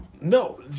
No